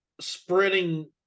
spreading